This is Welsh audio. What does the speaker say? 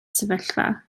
sefyllfa